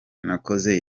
nakoze